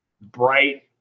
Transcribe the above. bright